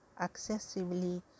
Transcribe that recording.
excessively